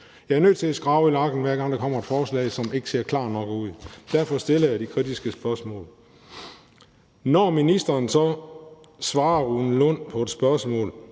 Jeg er nødt til at skrabe i lakken, hver gang der kommer et forslag, der ikke ser klart nok ud. Derfor stiller jeg de kritiske spørgsmål. Når ministeren så svarer hr. Rune Lund på et spørgsmål